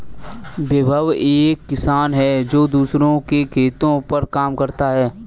विभव एक किसान है जो दूसरों के खेतो पर काम करता है